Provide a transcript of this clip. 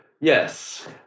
yes